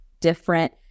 different